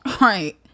right